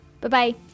Bye-bye